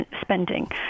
spending